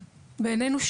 בעינינו,